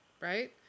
right